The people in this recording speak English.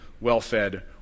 well-fed